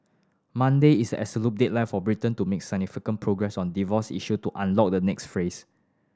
Monday is absolute deadline for Britain to make sufficient progress on divorce issue to unlock the next phase